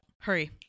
Hurry